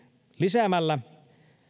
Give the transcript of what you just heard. lisäämällä